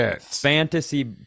Fantasy